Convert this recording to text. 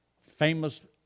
Famous